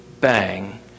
bang